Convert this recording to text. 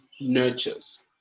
nurtures